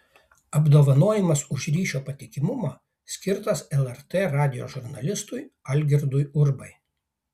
apdovanojimas už ryšio patikimumą skirtas lrt radijo žurnalistui algirdui urbai